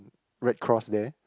red cross there